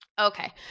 Okay